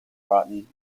rotten